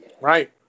Right